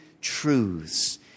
truths